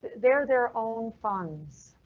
their their own funds.